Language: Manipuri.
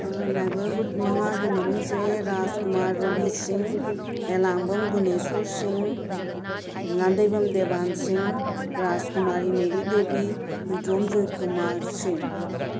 ꯅꯥꯏꯕꯔꯍꯨꯠ ꯃꯉꯥꯒꯤ ꯃꯃꯤꯡꯁꯦ ꯔꯥꯖꯦꯀꯨꯃꯥꯔ ꯔꯣꯕꯤ ꯁꯤꯡꯍ ꯑꯦꯂꯥꯡꯕꯝ ꯒꯨꯅꯦꯁꯣꯔ ꯁꯤꯡꯍ ꯅꯥꯟꯗꯩꯕꯝ ꯗꯦꯕꯥꯟ ꯁꯤꯡꯍ ꯔꯥꯁꯀꯨꯃꯥꯔꯤ ꯃꯦꯔꯤ ꯗꯦꯕꯤ ꯍꯨꯏꯗ꯭ꯔꯣꯝ ꯖꯣꯏꯀꯨꯃꯥꯔ ꯁꯤꯡꯍ